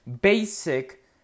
basic